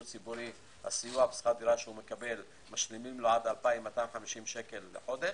הסיוע בשכר הדירה שהוא מקבל משולמים לו עד 2,250 שקל לחודש,